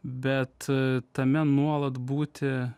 bet tame nuolat būti